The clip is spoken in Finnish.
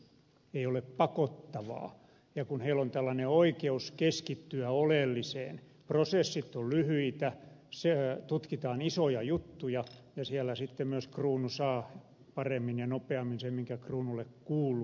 ei ole pakottavaa ja kun heillä on tällainen oikeus keskittyä oleelliseen prosessit ovat lyhyitä tutkitaan isoja juttuja ja siellä sitten myös kruunu saa paremmin ja nopeammin sen mikä kruunulle kuuluu